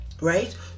right